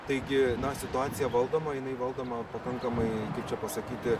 taigi na situacija valdoma jinai valdoma pakankamai kaip čia pasakyti